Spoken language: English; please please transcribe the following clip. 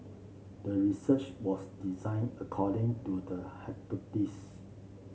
the research was designed according to the hypothesis